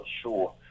sure